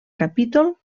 capítol